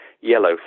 yellow